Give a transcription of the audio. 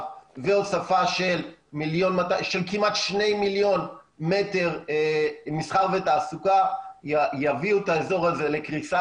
והוספה של כמעט שני מיליון מטר מסחר ותעסוקה יביאו את האזור הזה לקריסה.